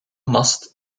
mast